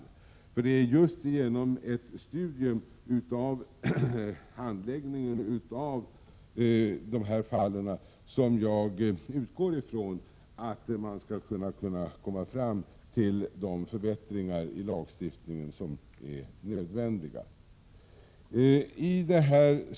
Jag utgår nämligen från att det är just genom ett studium av handläggningen av dessa fall som man kan komma fram till vilka förbättringar i lagstiftningen som är nödvändiga att genomföra.